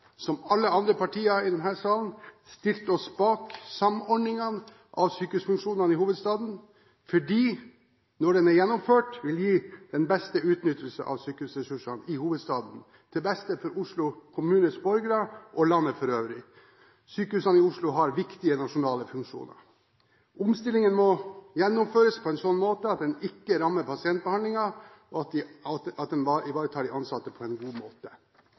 som alle andre partier i denne salen – stilt oss bak samordningen av sykehusfunksjonene i hovedstaden. Det gjør vi fordi den – når den er gjennomført – vil gi den beste utnyttelse av sykehusressursene i hovedstaden, til beste for Oslo kommunes borgere og landet for øvrig. Sykehusene i Oslo har viktige nasjonale funksjoner. Omstillingen må gjennomføres på en slik måte at den ikke rammer pasientbehandlingen, og at den ivaretar de ansatte på en god måte.